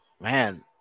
man